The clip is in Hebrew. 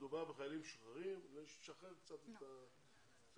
כשמדובר בחיילים משוחררים זה לשחרר קצת את המעגל.